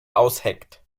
ausheckt